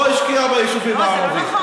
לא השקיעה ביישובים הערביים.